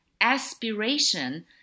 aspiration